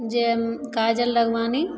जे काजल राघवानी